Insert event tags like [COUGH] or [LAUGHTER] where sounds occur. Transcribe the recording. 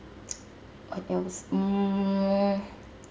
[NOISE] what else mm